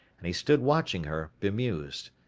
and he stood watching her, bemused.